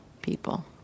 people